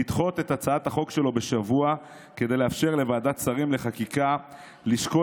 לדחות את הצעת החוק שלו בשבוע כדי לאפשר לוועדת שרים לחקיקה לשקול